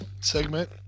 segment